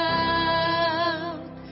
out